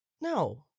No